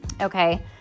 Okay